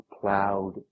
plowed